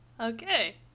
Okay